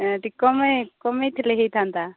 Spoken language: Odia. ଟିକେ କମେଇ କମେଇ ଥିଲେ ହେଇଥାନ୍ତା